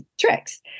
tricks